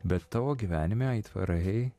bet tavo gyvenime aitvarai